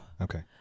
Okay